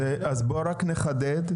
אז בוא רק נחדד,